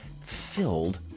filled